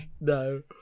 No